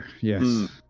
yes